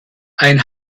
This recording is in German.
ein